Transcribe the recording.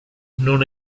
non